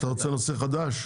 אתה רוצה נושא חדש?